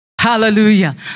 Hallelujah